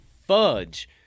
Fudge